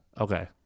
Okay